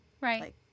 Right